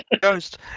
ghost